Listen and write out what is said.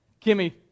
Kimmy